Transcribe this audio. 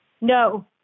No